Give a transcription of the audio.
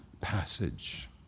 passage